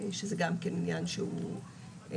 שזה גם עניין שהוא מבחינתנו,